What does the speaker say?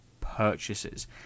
purchases